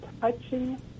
touching